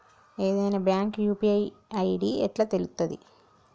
ఏదైనా bank UPI ID ఎట్లా తెలుత్తది?